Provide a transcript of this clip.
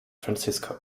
francisco